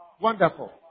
wonderful